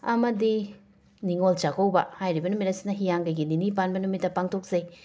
ꯑꯃꯗꯤ ꯅꯤꯡꯉꯣꯜ ꯆꯥꯛꯀꯧꯕ ꯍꯥꯏꯔꯤꯕ ꯅꯨꯃꯤꯠ ꯑꯁꯤꯅ ꯍꯤꯌꯥꯡꯒꯩꯒꯤ ꯅꯤꯅꯤ ꯄꯥꯟꯕ ꯅꯨꯃꯤꯠꯇ ꯄꯥꯡꯊꯣꯛꯆꯩ